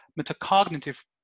metacognitive